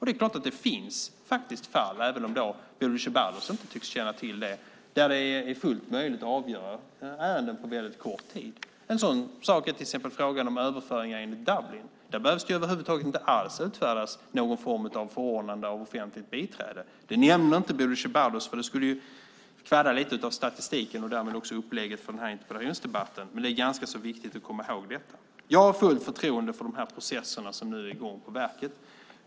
Det är klart att det finns fall, även om Bodil Ceballos inte tycks känna till det, där det är fullt möjligt att avgöra ärendet på väldigt kort tid. Ett sådant exempel är överföringar enligt Dublin. Där behövs det över huvud taget inte utfärdas någon form av förordnande av offentligt biträde. Det nämner inte Bodil Ceballos för det skulle ju kvadda lite av statistiken och därmed också upplägget för den här interpellationsdebatten. Men det är ganska viktigt att komma ihåg detta. Jag har fullt förtroende för de processer som nu är i gång på verket.